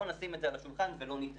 בואו נשים את זה על השולחן ולא נתעלם,